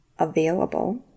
Available